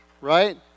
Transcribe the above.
Right